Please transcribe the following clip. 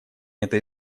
этой